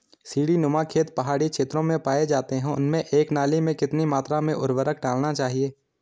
सीड़ी नुमा खेत पहाड़ी क्षेत्रों में पाए जाते हैं उनमें एक नाली में कितनी मात्रा में उर्वरक डालना चाहिए?